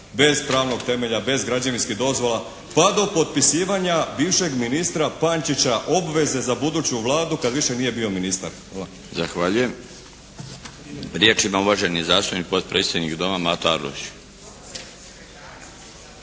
bez pravnog temelja, bez građevinskih dozvola pa do potpisivanja bivšeg ministra Pančića obveze za buduću vladu kad više nije bio ministar. Hvala. **Milinović, Darko (HDZ)** Zahvaljujem. Riječ ima uvaženi zastupnik, potpredsjednik Doma, Mato Arlović.